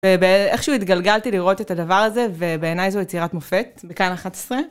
ואיכשהו התגלגלתי לראות את הדבר הזה, ובעיניי זו יצירת מופת, בכאן 11.